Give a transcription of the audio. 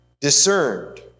discerned